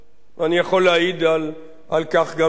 ואני יכול להעיד על כך גם מתוך